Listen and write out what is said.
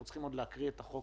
אנחנו צריכים עוד לקרוא את החוק